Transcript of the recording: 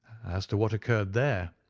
as to what occurred there,